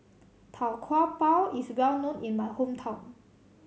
Tau Kwa Pau is well known in my hometown